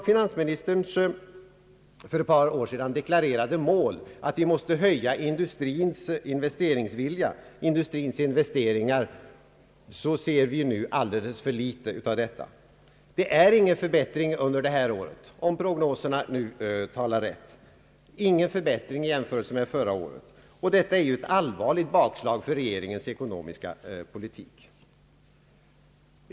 Finansministerns för ett par år sedan deklarerade mål att vi måste höja industrins investeringsvilja ser vi alldeles för litet av. Det har inte skett någon förbättring under detta år i förhållande till förra året, om prognosen talar rätt, och detta innebär ett allvarligt bakslag för regeringens ekonomiska politik.